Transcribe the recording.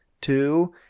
two